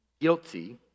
guilty